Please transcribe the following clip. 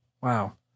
Wow